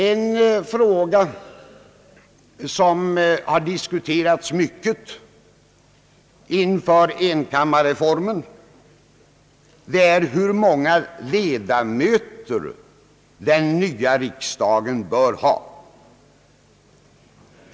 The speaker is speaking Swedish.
En fråga som har diskuterats mycket inför enkammarreformen är hur många ledamöter den nya riksdagen bör ha.